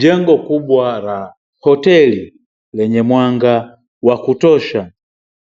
Jengo kubwa la hoteli, lenye mwanga wa kutosha,